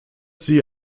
sie